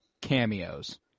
cameos